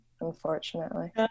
unfortunately